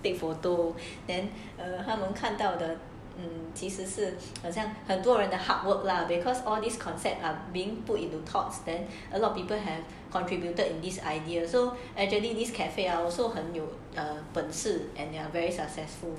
take photo then err 他们看到的其实是很多人 the hard work lah because all these concepts are being put into thoughts then a lot of people have contributed in these ideas so actually this cafe are also 很有本事 and they're very successful